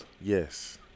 Yes